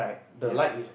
ya